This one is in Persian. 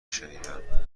شنیدم